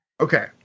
okay